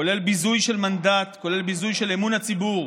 כולל ביזוי של מנדט, כולל ביזוי של אמון הציבור,